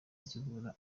zikura